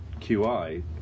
QI